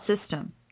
system